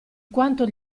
quanto